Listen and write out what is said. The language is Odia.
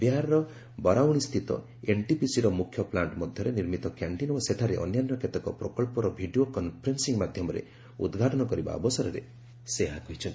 ବିହାରର ବରାଉଣିସ୍ଥିତ ଏନ୍ଟିପିସିର ମୁଖ୍ୟ ପ୍ଲାଷ୍ଟ୍ ମଧ୍ୟରେ ନିର୍ମିତ କ୍ୟାଣ୍ଟିନ୍ ଓ ସେଠାରେ ଅନ୍ୟାନ୍ୟ କେତେକ ପ୍ରକଳ୍ପର ଭିଡ଼ିଓ କନ୍ଫରେନ୍ସିଂ ମାଧ୍ୟମରେ ଉଦ୍ଘାଟନ କରିବା ଅବସରରେ ସେ ଏହା କହିଚ୍ଛନ୍ତି